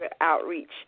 Outreach